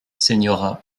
señora